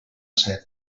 set